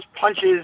punches